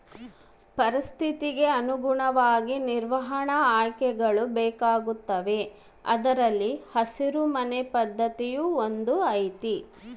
ಪರಿಸ್ಥಿತಿಗೆ ಅನುಗುಣವಾಗಿ ನಿರ್ವಹಣಾ ಆಯ್ಕೆಗಳು ಬೇಕಾಗುತ್ತವೆ ಅದರಲ್ಲಿ ಹಸಿರು ಮನೆ ಪದ್ಧತಿಯೂ ಒಂದು ಐತಿ